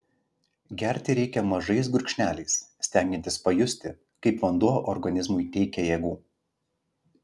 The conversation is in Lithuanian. gerti reikia mažais gurkšneliais stengiantis pajusti kaip vanduo organizmui teikia jėgų